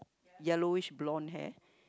yellowish blonde hair